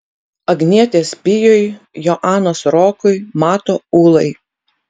agnietės pijui joanos rokui mato ūlai